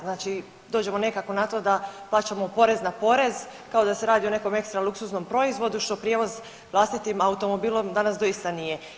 Znači dođemo nekako na to da plaćamo porez na porez kao da se radi o nekakvom ekstra luksuznom proizvodu što prijevoz vlastitim automobilom danas doista nije.